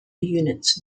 units